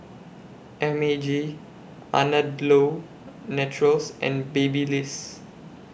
M A G Andalou Naturals and Babyliss